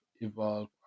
Evolve